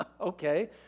Okay